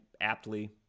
aptly